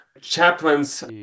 chaplains